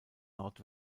nord